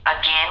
again